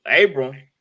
abram